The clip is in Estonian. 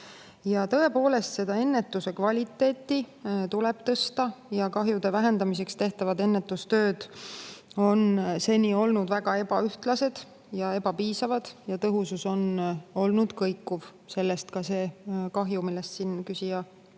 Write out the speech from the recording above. Tõepoolest, ennetuse kvaliteeti tuleb tõsta. Kahjude vähendamiseks tehtavad ennetustööd on seni olnud väga ebaühtlased ja ebapiisavad, nende tõhusus on olnud kõikuv. Sellest ka see kahju, millest küsija